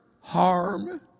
harm